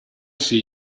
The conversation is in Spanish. see